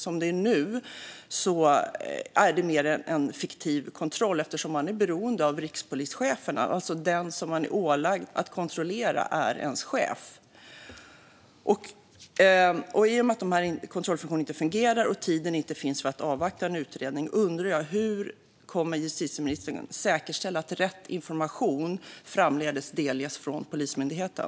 Som det är nu är det mer en fiktiv kontroll, eftersom man är beroende av rikspolischefen. Den man är ålagd att kontrollera är alltså ens chef. I och med att kontrollfunktionerna inte fungerar och tiden inte finns för att avvakta en utredning undrar jag hur justitieministern kommer att säkerställa att rätt information framledes delges från Polismyndigheten.